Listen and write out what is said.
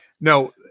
no